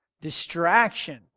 Distraction